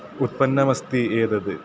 उत्पन्नमस्ति एतद्